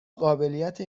قابلیت